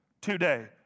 today